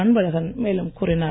அன்பழகன் மேலும் கூறினார்